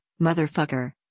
motherfucker